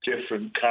different